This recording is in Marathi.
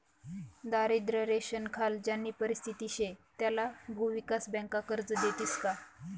दारिद्र्य रेषानाखाल ज्यानी परिस्थिती शे त्याले भुविकास बँका कर्ज देतीस का?